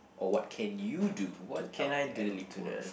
or what can you do to help the elderly poor